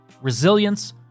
resilience